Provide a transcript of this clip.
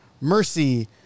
Mercy